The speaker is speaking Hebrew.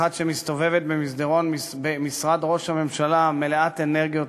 אחת שמסתובבת במשרד ראש הממשלה מלאת אנרגיות,